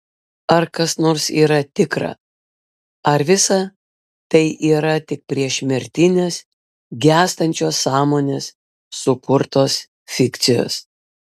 ar kas nors yra tikra ar visa tai yra tik priešmirtinės gęstančios sąmonės sukurtos fikcijos